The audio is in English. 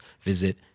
visit